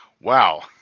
Wow